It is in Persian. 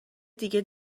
دیگه